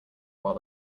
while